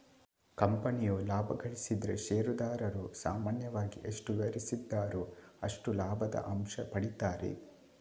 ಕಂಪನಿಯು ಲಾಭ ಗಳಿಸಿದ್ರೆ ಷೇರುದಾರರು ಸಾಮಾನ್ಯವಾಗಿ ಎಷ್ಟು ವಿವರಿಸಿದ್ದಾರೋ ಅಷ್ಟು ಲಾಭದ ಅಂಶ ಪಡೀತಾರೆ